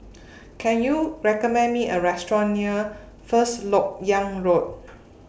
Can YOU recommend Me A Restaurant near First Lok Yang Road